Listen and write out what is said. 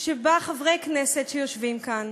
שבה חברי כנסת שיושבים כאן